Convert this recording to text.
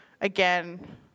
again